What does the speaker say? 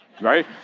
right